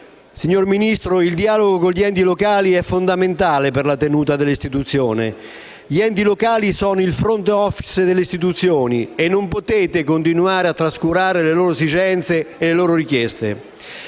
signor Ministro, il dialogo con gli enti locali è fondamentale per la tenuta delle istituzioni. Gli enti locali sono il *front office* delle istituzioni e non potete continuare a trascurare le loro esigenze e richieste.